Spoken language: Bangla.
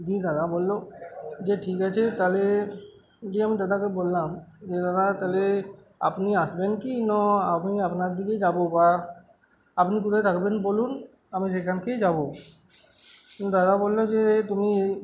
দিয়ে দাদা বললো যে ঠিক আছে তাহলে দিয়ে আমি দাদাকে বললাম যে দাদা তাহলে আপনি আসবেন কি না আমি আপনার দিকে যাবো বা আপনি কোথায় থাকবেন বলুন আমি সেখানেই যাবো দাদা বললো যে তুমি